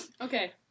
okay